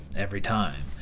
every time.